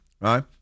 right